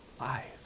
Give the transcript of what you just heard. Life